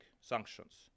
sanctions